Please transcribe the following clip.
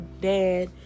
dad